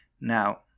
Now